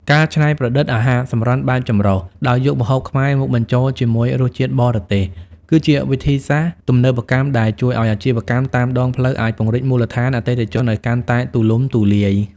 ការច្នៃប្រឌិត អាហារសម្រន់បែបចម្រុះ ដោយយកម្ហូបខ្មែរមកបញ្ចូលជាមួយរសជាតិបរទេស គឺជាវិធីសាស្ត្រទំនើបកម្មដែលជួយឱ្យអាជីវកម្មតាមដងផ្លូវអាចពង្រីកមូលដ្ឋានអតិថិជនឱ្យកាន់តែទូលំទូលាយ។